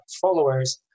followers